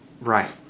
Right